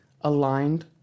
aligned